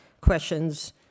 questions